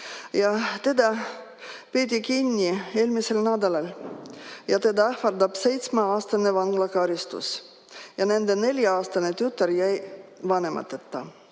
Ta peeti kinni eelmisel nädalal ja teda ähvardab 7-aastane vanglakaristus. Nende 4-aastane tütar jäi vanemateta.